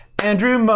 Andrew